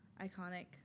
Iconic